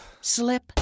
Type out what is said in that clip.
slip